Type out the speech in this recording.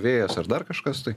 vėjas ar dar kažkas tai